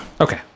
Okay